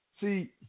see